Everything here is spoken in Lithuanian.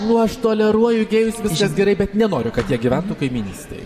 nu aš toleruoju gėjus viskas gerai bet nenoriu kad jie gyventų kaimynystėj